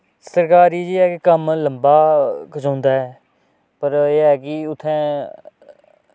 सरकारी च एह् ऐ कि कम्म लम्बा खचोंदा ऐ पर एह् ऐ कि उत्थै